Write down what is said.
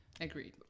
Agreed